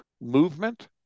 movement